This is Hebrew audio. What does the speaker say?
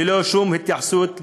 ללא שום התייחסות ליישומה.